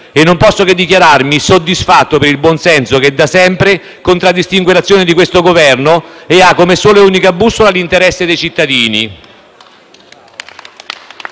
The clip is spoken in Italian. Non posso che dichiararmi soddisfatto per il buon senso che da sempre contraddistingue l’azione di questo Governo, che ha come sola e unica bussola l’interesse dei cittadini.